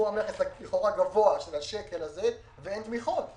לכאורה גבוה ואין תמיכות.